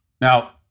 Now